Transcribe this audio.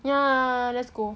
ya let's go